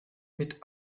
mit